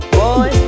boy